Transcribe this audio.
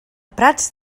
prats